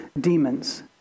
demons